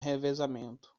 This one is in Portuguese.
revezamento